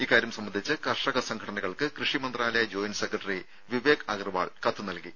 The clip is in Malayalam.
ഇക്കാര്യം സംബന്ധിച്ച് കർഷക സംഘടനകൾക്ക് കൃഷി മന്ത്രാലയ ജോയിന്റ് സെക്രട്ടറി വിവേക് അഗർവാൾ കത്ത് നൽകി